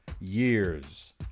years